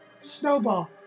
Snowball